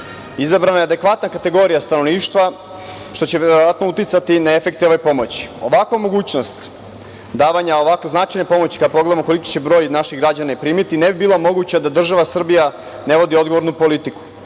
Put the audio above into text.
Izabrana je adekvatna kategorija stanovništva, što će verovatno uticati na efekte ove pomoći. Ovakva mogućnost davanja ovakve značajne pomoći, kada pogledamo koliki će broj naših građana i primiti, ne bi bila moguća da država Srbija ne vodi odgovornu politiku.